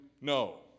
no